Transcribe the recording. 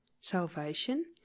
Salvation